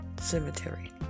cemetery